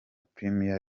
premier